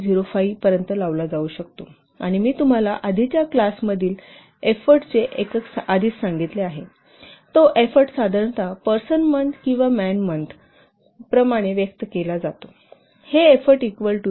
05 पर्यंत लावला जाऊ शकतो आणि मी तुम्हाला आधीच्या क्लासतील एफोर्टचे एकक आधीच सांगितले आहे तो एफोर्ट साधारणत पर्सन मंथ किंवा म्यान मंथ प्रमाणे व्यक्त केला जातो